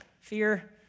Fear